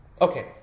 Okay